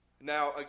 Now